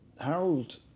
Harold